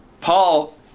Paul